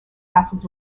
acids